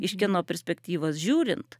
iš kieno perspektyvos žiūrint